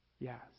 Yes